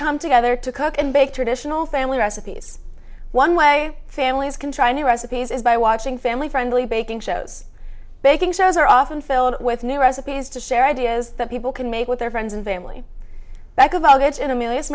come together to cook and bake traditional family recipes one way families can try new recipes is by watching family friendly baking shows baking shows are often filled with new recipes to share ideas that people can make with their friends and family back about it in a m